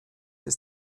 ist